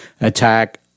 attack